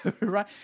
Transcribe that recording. right